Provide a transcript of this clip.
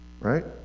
right